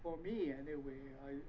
for me anyway i